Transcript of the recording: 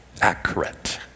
accurate